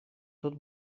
тут